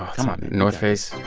on, north face